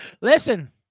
Listen